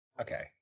okay